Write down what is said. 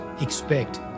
expect